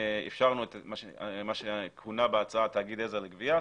אפשרנו את מה שכונה בהצעה תאגיד עזר לגבייה,